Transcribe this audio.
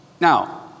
Now